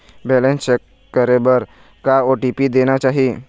Balance check करे बर का ओ.टी.पी देना चाही?